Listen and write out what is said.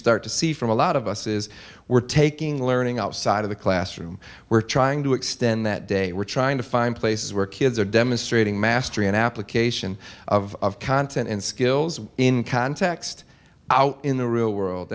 start to see from a lot of us is we're taking learning outside of the classroom we're trying to extend that day we're trying to find places where kids are demonstrating mastery and application of content and skills in context out in the real world